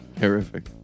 Horrific